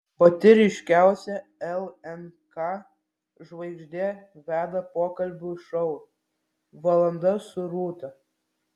pati ryškiausia lnk žvaigždė veda pokalbių šou valanda su rūta